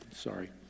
sorry